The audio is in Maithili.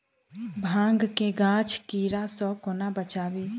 भांग केँ गाछ केँ कीड़ा सऽ कोना बचाबी?